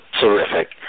Terrific